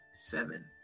Seven